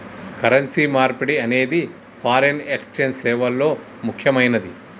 currency మార్పిడి అనేది foreign exchange సేవల్లో ముక్కెమైనది